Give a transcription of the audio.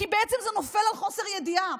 כי בעצם זה נופל על חוסר ידיעה.